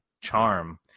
charm